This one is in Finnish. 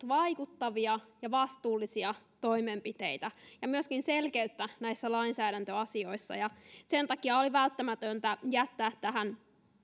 vaikuttavia ja vastuullisia toimenpiteitä ja myöskin selkeyttä näissä lainsäädäntöasioissa sen takia oli välttämätöntä jättää tähän